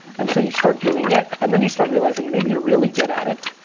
and so you start doing it, and then you start realizing, maybe you're really good at it.